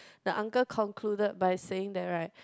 the uncle concluded by saying that right